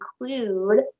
include